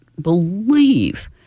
believe